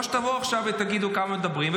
או שתבואו עכשיו ותגידו כמה מדברים,